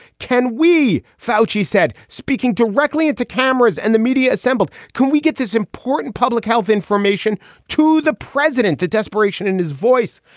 can we, fouche, he said, speaking directly it to cameras and the media assembled. can we get this important public health information to the president? the desperation in his voice,